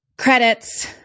Credits